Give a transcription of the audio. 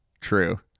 True